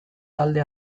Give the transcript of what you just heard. talde